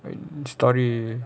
like story